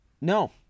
No